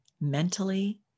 mentally